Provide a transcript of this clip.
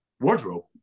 Wardrobe